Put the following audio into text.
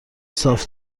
صاف